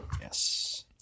Yes